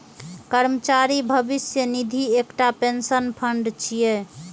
कर्मचारी भविष्य निधि एकटा पेंशन फंड छियै